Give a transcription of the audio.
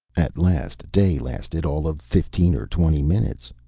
at last day lasted all of fifteen or twenty minutes.